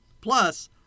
Plus